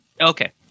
Okay